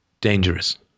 dangerous